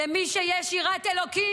למי שיש יראת אלוקים,